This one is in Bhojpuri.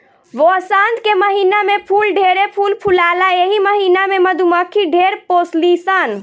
वसंत के महिना में फूल ढेरे फूल फुलाला एही महिना में मधुमक्खी ढेर पोसली सन